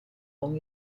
con